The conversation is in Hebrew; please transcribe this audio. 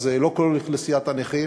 אז זו לא כל אוכלוסיית הנכים,